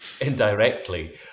indirectly